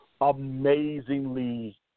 amazingly